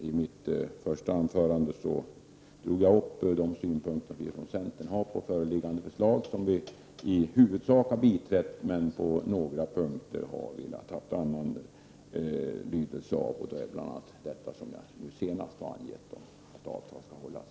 I mitt första anförande tog jag upp de synpunkter som vi från centern har på föreliggande förslag, som vi i huvudsak har biträtt. Men på några punkter har vi velat ha annan lydelse. Det gäller bl.a. det som jag senast har angett, att avtal skall hållas.